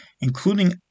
including